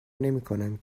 نمیکنم